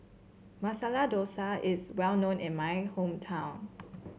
Masala Dosa is well known in my hometown